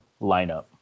lineup